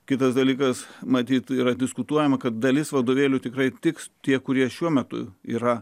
kitas dalykas matyt yra diskutuojama kad dalis vadovėlių tikrai tiks tie kurie šiuo metu yra